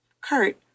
Kurt